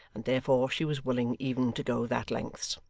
and therefore she was willing even to go that lengths.